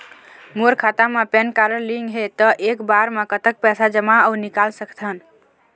मोर खाता मा PAN card link हे ता एक बार मा कतक पैसा जमा अऊ निकाल सकथन?